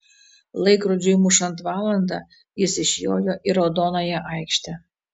laikrodžiui mušant valandą jis išjojo į raudonąją aikštę